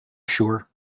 sure